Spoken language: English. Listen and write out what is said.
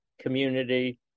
community